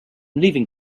leaving